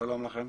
שלום לכם.